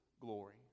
glory